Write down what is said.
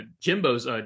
Jimbo's